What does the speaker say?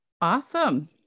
Awesome